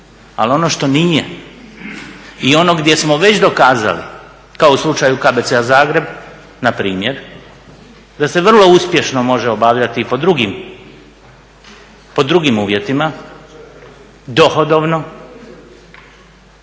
Ali ono što nije i ono gdje smo već dokazali kao u slučaju KBC-a Zagreb na primjer da se vrlo uspješno može obavljati i pod drugim uvjetima dohodovno,